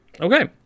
Okay